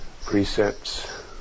precepts